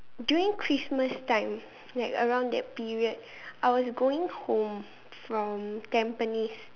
during Christmas time like around that period I was going home from Tampines